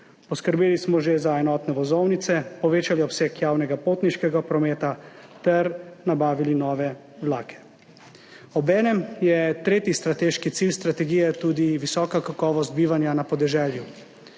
Poskrbeli smo že za enotne vozovnice, povečali obseg javnega potniškega prometa ter nabavili nove vlake. Obenem je tretji strateški cilj strategije tudi visoka kakovost bivanja na podeželju.